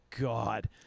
God